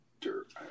Dirt